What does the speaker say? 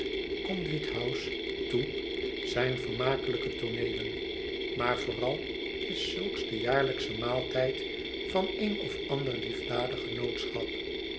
white conduit house toe zijn vermakelyke tooneelen maar vooral is zulks de jaarlijksche rnaaltijd van een of ander liefdadig genootschap